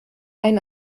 ein